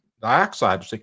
Dioxide